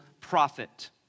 prophet